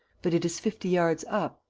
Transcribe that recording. but it is fifty yards up,